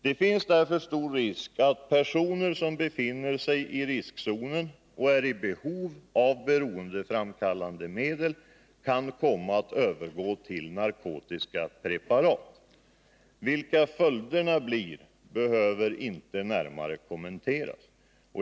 Det finns därför stor fara för att personer som befinner sig i riskzonen och är i behov av beroendeframkallande medel kan komma att övergå till narkotiska preparat. Vilka följderna av detta blir behöver inte närmare kommenteras.